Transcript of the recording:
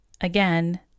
again